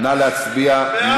נא להצביע.